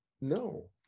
No